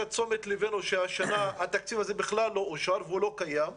את תשומת ליבנו לכך שהשנה התקציב הזה בכלל לא אושר והוא לא קיים,